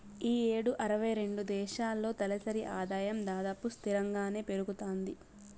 ఈ యేడు అరవై రెండు దేశాల్లో తలసరి ఆదాయం దాదాపు స్తిరంగానే పెరగతాంది